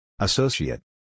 Associate